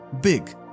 Big